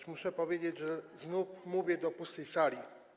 A muszę powiedzieć, że znów mówię do pustej sali.